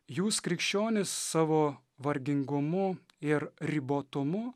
jūs krikščionys savo vargingumu ir ribotumu